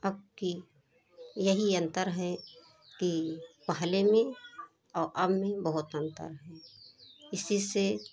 अब कि यही अंतर है कि पहले में और अब में बहुत अंतर है इसी से